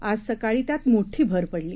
आज सकाळी त्यात मोठी भर पडली